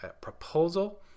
proposal